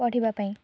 ପଢ଼ିବା ପାଇଁ